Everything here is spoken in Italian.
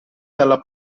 dalla